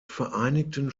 vereinigten